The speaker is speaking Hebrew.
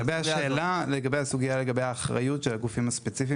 לגבי סוגיית האחריות של הגופים הספציפיים